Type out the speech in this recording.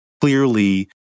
clearly